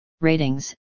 ratings